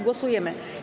Głosujemy.